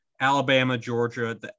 Alabama-Georgia